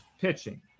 pitching